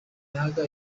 yahaga